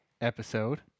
episode